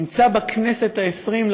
נמצא בכנסת ה-20,